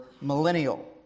millennial